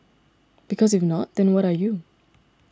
because if not then what are you